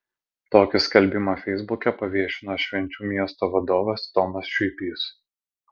tokį skelbimą feisbuke paviešino švenčių miesto vadovas tomas šiuipys